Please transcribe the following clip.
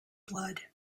blood